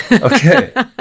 Okay